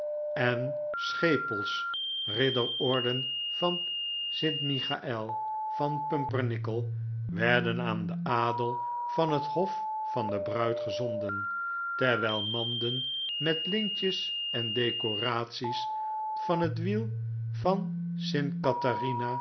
en schepels ridderorden van st michael van pumpernickel werden aan den adel van het hof van de bruid gezonden terwijl manden met lintjes en decoraties van het wiel van